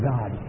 God